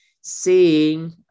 seeing